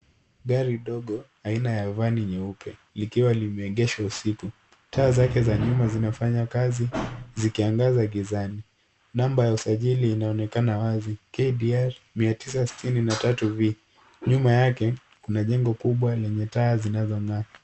Gari dogo aina ya vani nyeupe likiwa limeegeshwa usiku taa zake za nyuma zinafanya kazi zikiagaza gizani namba ya usajili inaonekana kwa wazi KDR mia tisa sitini na tatu V nyuma yake kuna jengo kubwa lenye taa zinazo ng'aa